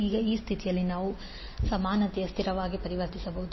ಈಗ ಈ ಸ್ಥಿತಿಯನ್ನು ನಾವು ಸಮಾನತೆಯ ಸ್ಥಿರವಾಗಿ ಪರಿವರ್ತಿಸಬಹುದು